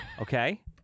Okay